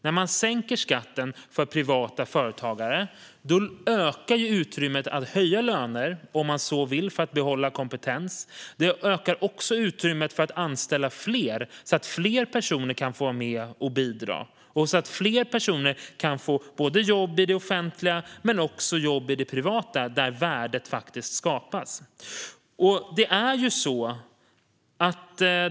När man sänker skatten för privata företagare ökar utrymmet att höja löner om man så vill för att behålla kompetens. Det ökar också utrymmet för att anställa fler så att fler personer kan få vara med och bidra och så att fler personer kan få både jobb i det offentliga och jobb i det privata där värdet faktiskt skapas.